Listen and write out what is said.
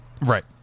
Right